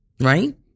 right